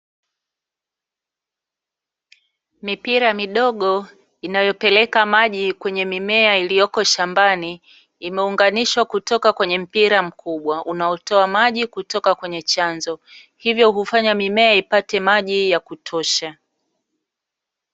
Mipira midogo, inayopeleka maji kwenye mimea iliyoko shambani imeunganishwa kutoka kwenye mpira mkubwa, unaotoa maji kutoka kwenye chanzo, hivyo hufanya mimea ipate maji ya kutosha.